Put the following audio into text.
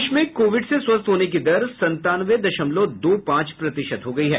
देश में कोविड से स्वस्थ होने की दर संतानवे दशमलव दो पांच प्रतिशत हो गई है